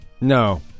No